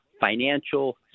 financial